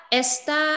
esta